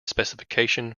specification